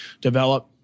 develop